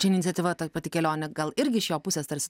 čia iniciatyva ta pati kelionė gal irgi iš jo pusės tarsi